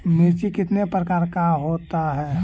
मिर्ची कितने प्रकार का होता है?